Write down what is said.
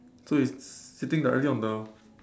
so it's sitting directly on the